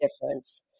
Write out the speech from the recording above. difference